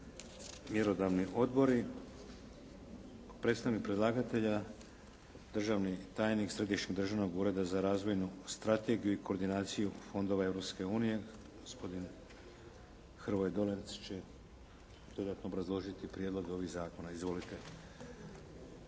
mjerodavni odbori. Predstavnik predlagatelja državni tajnik Središnjeg državnog ureda za razvojnu strategiju i koordinaciju fondova Europske unije, gospodin Hrvoje Dolenc će dodatno obrazložiti prijedlog ovih zakona. Izvolite.